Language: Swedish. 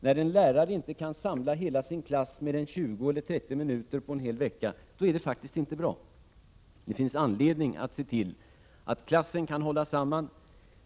När en lärare inte kan samla hela sin klass under mer än 20-30 minuter på en hel vecka, är det faktiskt inte bra. Det finns anledning att se till att klassen kan hållas samman.